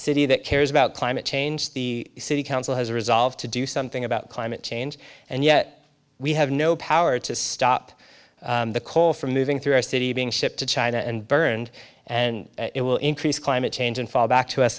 city that cares about climate change the city council has a resolve to do something about climate change and yet we have no power to stop the coal from moving through our city being shipped to china and burned and it will increase climate change and fall back to us